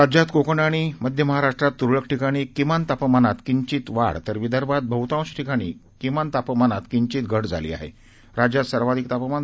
राज्यात कोकण आणि मध्य महाराष्ट्रात तुरळक ठिकाणी किमान तापमानात किंचित वाढ तर विदर्भात बहुतांश ठिकाणी किमान तापमानात किचित घट झाली आहेराज्यात सर्वाधिक तापमान